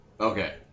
Okay